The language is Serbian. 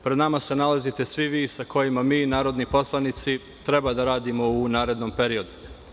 Pred nama se nalazite svi vi sa kojima mi, narodni poslanici, treba da radimo u narednom periodu.